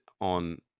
on